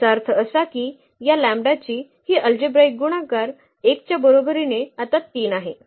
याचा अर्थ असा की या लॅम्बडाची ही अल्जेब्राईक गुणाकार 1 च्या बरोबरीने आता 3 आहे